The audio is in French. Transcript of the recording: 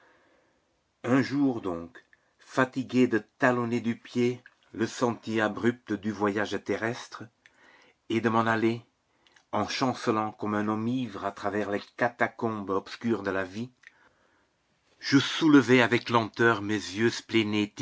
un jour donc fatigué de talonner du pied le sentier abrupte du voyage terrestre et de m'en aller en chancelant comme un homme ivre à travers les catacombes obscures de la vie je soulevai avec lenteur mes yeux